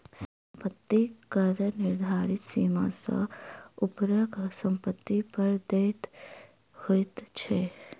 सम्पत्ति कर निर्धारित सीमा सॅ ऊपरक सम्पत्ति पर देय होइत छै